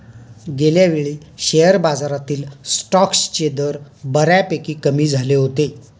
गेल्यावेळी शेअर बाजारातील स्टॉक्सचे दर बऱ्यापैकी कमी झाले होते